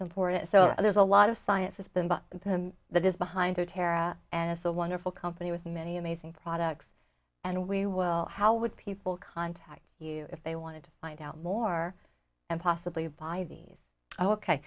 important so there's a lot of science has been but that is behind the terra and it's a wonderful company with many amazing products and we will how would people contact you if they wanted to find out more and possibly buy these o